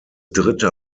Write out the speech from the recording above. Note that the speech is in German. dritte